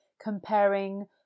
comparing